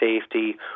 safety